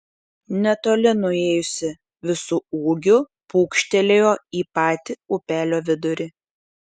netoli nuėjusi visu ūgiu pūkštelėjo į patį upelio vidurį